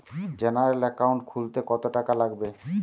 General account খুলতে কত টাকা লাগবে?